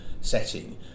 setting